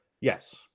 Yes